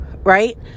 right